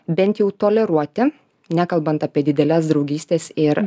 bent jau toleruoti nekalbant apie dideles draugystes ir